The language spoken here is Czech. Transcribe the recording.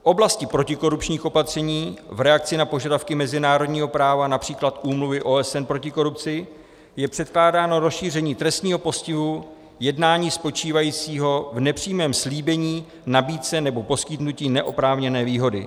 V oblasti protikorupčních opatření v reakci na požadavky mezinárodního práva, např. Úmluvy OSN proti korupci, je předkládáno rozšíření trestního postihu jednání spočívajícího v nepřímém slíbení, nabídce nebo poskytnutí neoprávněné výhody.